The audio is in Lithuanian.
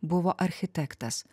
buvo architektas